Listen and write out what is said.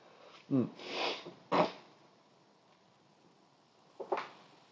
mm